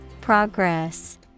Progress